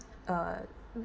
uh